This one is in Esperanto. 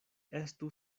estu